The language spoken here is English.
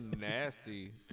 nasty